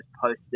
posted